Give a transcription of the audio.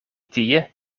tie